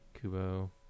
Kubo